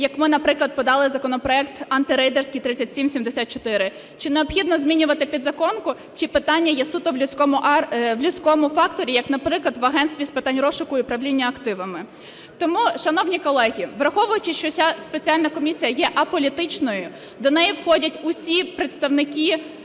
як ми, наприклад, подали законопроект антирейдерський 3764? Чи необхідно змінювати підзаконку, чи питання є суто в людському факторі, як, наприклад, в Агентстві з питань розшуку і управління активами? Тому, шановні колеги, враховуючи, що ця спеціальна комісія є аполітичною, до неї входять всі представники